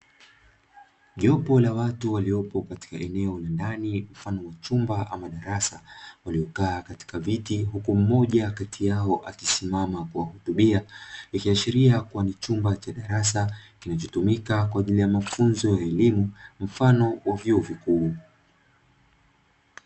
Jopo la watu waliopo katika eneo la ndani mfano wa chumba ama darasa waliokaa katika viti. Huku mmoja kati yao akisimama kuwahutubia. Ikiashiria kuwa ni chumba cha darasa kinachotumika kwa ajili mafunzo ya elimu mfano vyuo vikuu.